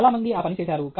చాలా మంది ఆ పని చేసారు